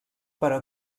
però